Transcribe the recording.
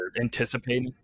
anticipating